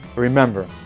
remember,